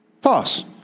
False